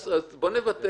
זו חזקת חפות,